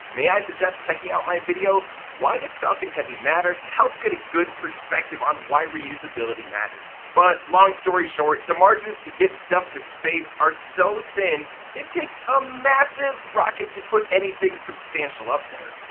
may i suggest checking out my video why does falcon heavy matter to help get a good perspective on why reusability matters. but long story short, the margins to get stuff to space are so thin it takes a massive rocket to put anything substantial up there.